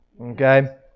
Okay